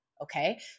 Okay